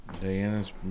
diana's